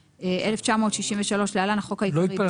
התשכ"ג-1963 (להלן החוק העיקרי),